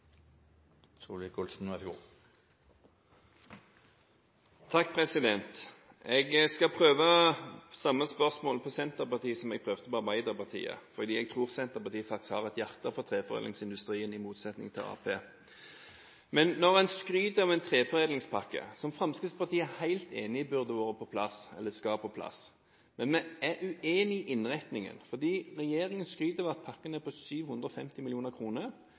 Jeg skal prøve samme spørsmål på Senterpartiet som jeg prøvde på Arbeiderpartiet, fordi jeg tror Senterpartiet – i motsetning til Arbeiderpartiet – faktisk har et hjerte for treforedlingsindustrien. Regjeringen skryter av en treforedlingspakke som Fremskrittspartiet er helt enig i at burde være på plass, eller at skal på plass, men vi er uenige i innretningen. Regjeringen skryter av at pakken er på 750